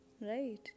right